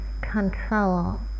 control